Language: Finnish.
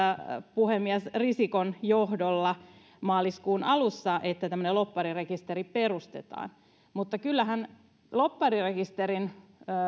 puhemies risikon johdolla maaliskuun alussa että tämmöinen lobbarirekisteri perustetaan mutta kyllähän lobbarirekisterin